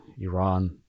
iran